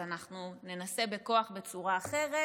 אז אנחנו ננסה בכוח בצורה אחרת,